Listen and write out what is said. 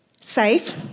safe